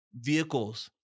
vehicles